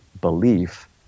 belief